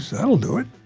so that'll do it.